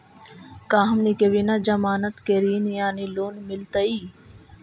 का हमनी के बिना जमानत के ऋण यानी लोन मिलतई?